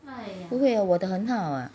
不会啊我的很好啊